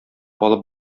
алып